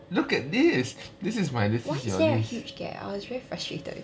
look at this this is my list this is your list